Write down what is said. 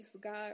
God